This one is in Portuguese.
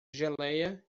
geleia